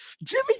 Jimmy